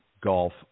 golf